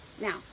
now